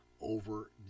over